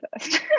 first